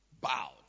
Bowed